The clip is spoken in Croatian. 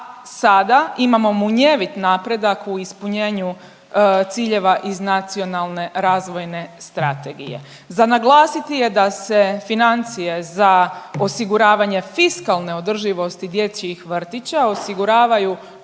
sada imamo munjevit napredak u ispunjenju ciljeva iz Nacionalne razvojne strategije. Za naglasiti je da se financije za osiguravanje fiskalne održivosti dječjih vrtića osiguravaju